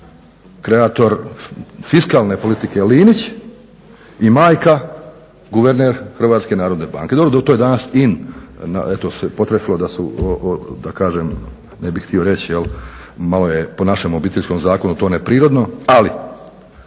kreator fiskalne politike Linić i majka guverner HNB-a. Dobro, to je